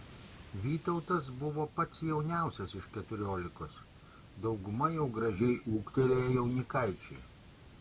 vytautas buvo pats jauniausias iš keturiolikos dauguma jau gražiai ūgtelėję jaunikaičiai